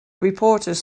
reporters